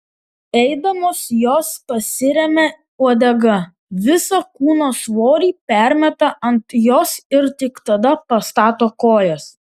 eidamos jos pasiremia uodega visą kūno svorį permeta ant jos ir tik tada pastato kojas